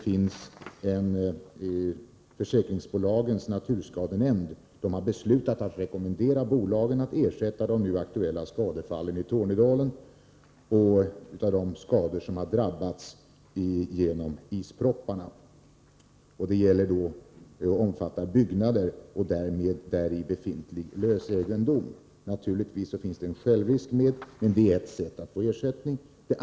Försäkringsbolagens naturskadenämnd har beslutat att rekommendera bolagen att ersätta de nu aktuella skadefallen i Tornedalen, dvs. de skador som genom ispropparna vållats på byggnader och däri befintlig lösegendom. Naturligtvis finns en självrisk med i bilden, men detta är ändå en väg att få ersättning.